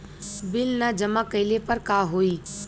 Bill न जमा कइले पर का होई?